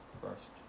first